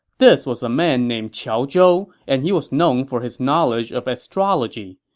this was a man named qiao zhou, and he was known for his knowledge of astrology.